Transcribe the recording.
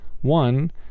one